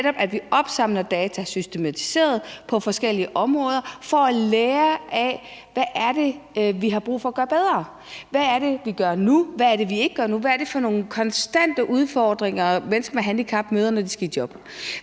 netop, at vi systematisk opsamler data på forskellige områder for at lære: Hvad er det, vi har brug for at gøre bedre? Hvad er det, vi gør nu? Hvad er det, vi ikke gør nu? Hvad er det for nogle konstante udfordringer, mennesker med handicap møder, når de skal i job?